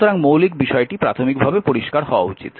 সুতরাং মৌলিক বিষয়টি প্রাথমিকভাবে পরিষ্কার হওয়া উচিত